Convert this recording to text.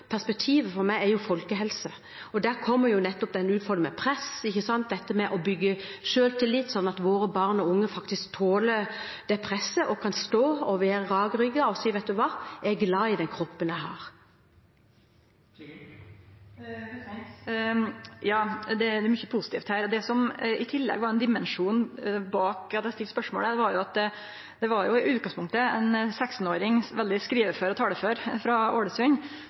folkehelse, og der kommer nettopp den utfordringen med press, dette med å bygge selvtillit slik at våre barn og unge faktisk tåler dette presset og kan stå rakrygget og si: Vet du hva, jeg er glad i den kroppen jeg har. Ja, det er mykje positivt her. Det som i tillegg var ein dimensjon bak at eg stilte dette spørsmålet, var at det i utgangspunktet var ein 16-åring – veldig skrivefør og talefør – frå Ålesund